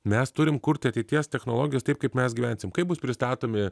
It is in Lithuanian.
mes turim kurti ateities technologijas taip kaip mes gyvensim kaip bus pristatomi